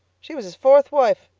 she was his fourth wife.